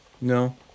No